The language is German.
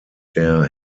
der